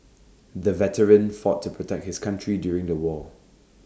the veteran fought to protect his country during the war